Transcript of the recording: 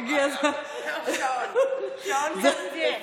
שעון קרטייה.